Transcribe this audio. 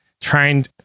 trying